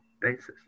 basis